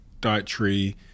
dietary